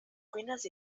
cuines